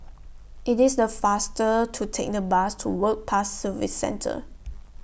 IT IS The faster to Take The Bus to Work Pass Services Centre